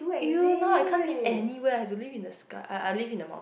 !eww! now I can't live anywhere have to live in the sky I I will live in the mountain